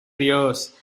dios